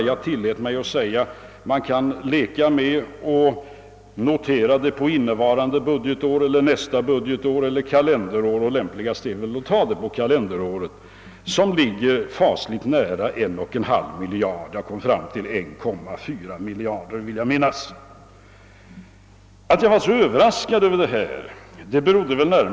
Jag tillät mig att säga att man kan leka med tanken att notera detta på innevarande budgetår, nästa budgetår eller kalenderår, men lämpligast är väl att ta det på kalenderåret. Herr Hedlunds skattereform kommer då att öka den statliga upplåningen med nära 1,5 miljard — jag vill minnas att jag här kom fram till 1,4 miljard kronor.